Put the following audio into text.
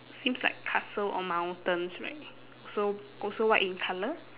seems like castle or mountains like so also white in colour